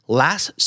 last